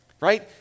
right